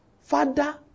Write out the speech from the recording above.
father